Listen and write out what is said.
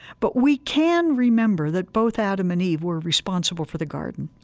but we can remember that both adam and eve were responsible for the garden,